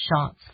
Shots